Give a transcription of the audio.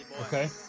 Okay